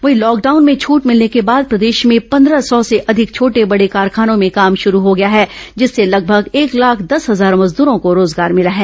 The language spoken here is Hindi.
वहीं लॉकडाउन में छट मिलने के बाद प्रदेश में पंदह सौ से अधिक छोटे बड़े कारखानों में काम शुरू हो गया है जिससे लगभग एक लाख दस हजार मजदूरों को रोजगार मिला है